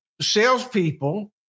salespeople